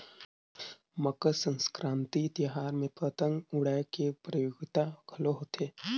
मकर संकरांति तिहार में पतंग उड़ाए के परतियोगिता घलो होथे